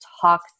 talk